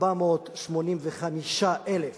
485,000 משפחות,